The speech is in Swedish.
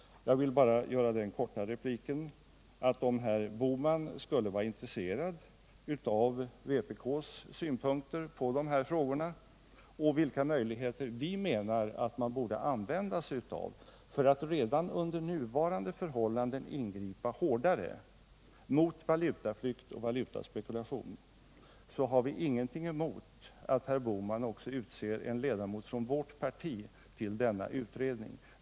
Jag vill bara göra den korta kommentaren att om herr Bohman skulle vara intresserad av vpk:s synpunkter på de här frågorna och vilka möjligheter vi menar att man borde använda sig av för att redan under nuvarande förhållanden ingripa hårdare mot valutaflykt och valutaspekulation, så har vi ingenting emot att herr Bohman utser en ledamot också från vårt parti till denna utredning.